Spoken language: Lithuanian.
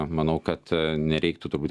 manau kad nereiktų turbūt